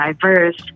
diverse